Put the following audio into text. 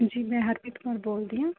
ਜੀ ਮੈਂ ਹਰਪ੍ਰੀਤ ਕੌਰ ਬੋਲਦੀ ਹਾਂ